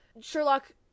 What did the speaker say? Sherlock